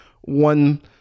one